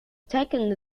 taking